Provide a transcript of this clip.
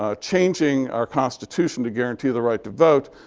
ah changing our constitution to guarantee the right to vote,